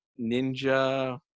Ninja